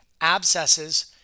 abscesses